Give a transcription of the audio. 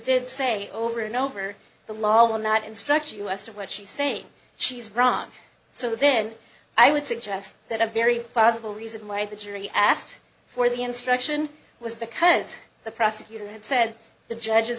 did say over and over the law will not instruct us to what she's saying she's wrong so then i would suggest that a very plausible reason why the jury asked for the instruction was because the prosecutor had said the judge is